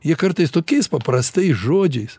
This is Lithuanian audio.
jie kartais tokiais paprastais žodžiais